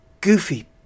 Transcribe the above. goofy